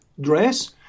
dress